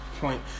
point